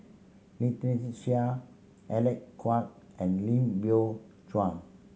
Lynnette Seah Alec Kuok and Lim Biow Chuan